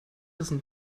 listen